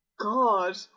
god